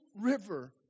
river